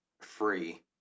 free